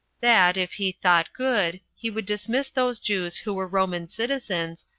that, if he thought good, he would dismiss those jews who were roman citizens,